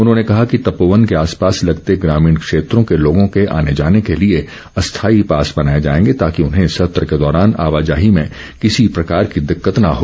उन्होंने कहा कि तपोवन के आसपास लगते ग्रामीण क्षेत्रों के लोगों के आने जाने के लिए अस्थायी पास बनाए जाएंगे ताकि उन्हें सत्र के दौरान आवाजाही में किसी प्रकार की दिक्कत न हो